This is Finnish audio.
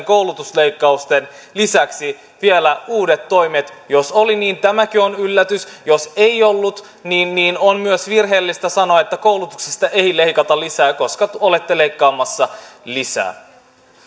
koulutusleikkausten lisäksi vielä uudet toimet jos oli niin tämäkin on yllätys jos ei ollut niin niin on myös virheellistä sanoa että koulutuksesta ei leikata lisää koska olette leikkaamassa lisää